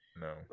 no